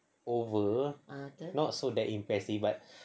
over not so that impressive but